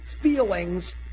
feelings